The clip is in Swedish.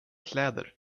kläder